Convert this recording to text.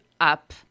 up